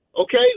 okay